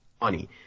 money